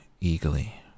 eagerly